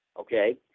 okay